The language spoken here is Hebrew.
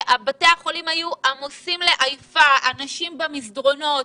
בתי החולים היו עמוסים לעייפה והיו אנשים במסדרונות.